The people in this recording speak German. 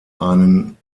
einen